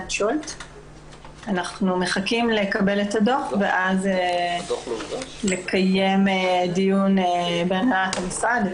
--- אנחנו מחכים לקבל את הדו"ח ואז לקיים דיון בהנהלת המשרד,